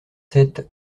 sept